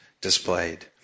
displayed